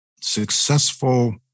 successful